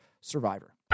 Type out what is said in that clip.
survivor